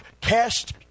cast